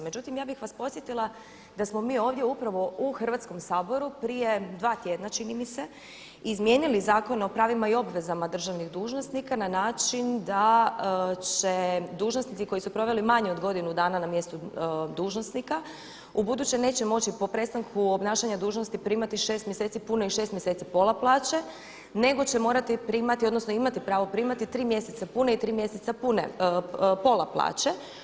Međutim, ja bih vas podsjetila da smo mi ovdje upravo u Hrvatskom saboru prije 2 tjedna čini mi se izmijenili Zakon o pravima i obvezama državnih dužnosnika na način da će dužnosnici koji su proveli manje od godinu dana na mjestu dužnosnika ubuduće neće moći po prestanku obnašanja dužnosti primati 6 mjeseci, puno je i 6 mjeseci, pola plaće nego će morati primati odnosno imati pravo primati 3 mjeseca pune i 3 mjeseca pola plaće.